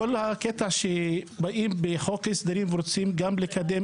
כל הקטע שבאים בחוק הסדרים ורוצים גם לקדם.